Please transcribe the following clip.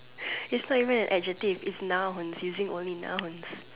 it's not even an adjective it's nouns using only nouns